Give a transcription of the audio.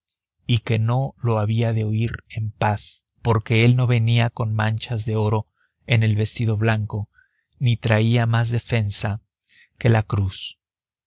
y que lo había de oír en paz porque él no venía con manchas de oro en el vestido blanco ni traía más defensa que la cruz